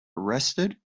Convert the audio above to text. arrested